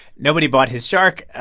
nobody bought his shark.